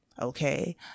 Okay